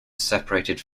separated